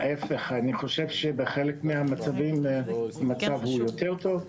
ההיפך, אני חושב שבחלק מהמצבים המצב הוא יותר טוב.